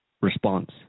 response